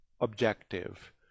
objective